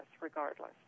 regardless